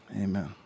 Amen